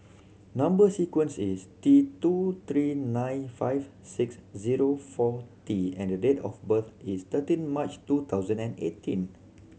number sequence is T two three nine five six zero four T and the date of birth is thirteen March two thousand and eighteen